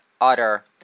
utter